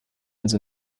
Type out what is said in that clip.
also